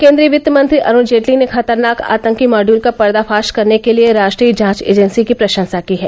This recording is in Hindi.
केन्द्रीय वित्त मंत्री अरूण जेटली ने खतरनाक आतंकी माड्यूल का पर्दाफाश करने के लिए राष्ट्रीय जांच एजेंसी की प्रशंसा की है